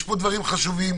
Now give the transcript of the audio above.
יש פה דברים חשובים.